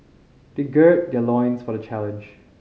they gird their loins for the challenge